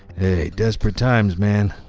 desperate times man.